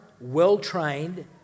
well-trained